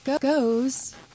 goes